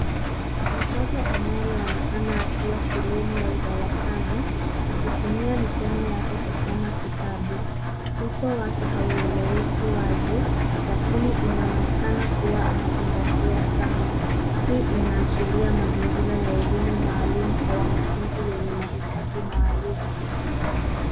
Mtoto anayeonekana akiwa shuleni, au darasani akitumia mikono yake kusoma kitabu. Uso wake haueleweki wazi, lakini inaonekana kuwa anazingatia sana. Hii inaashiria mazingira ya elimu maalum kwa wanafunzi wenye mahitaji maalum.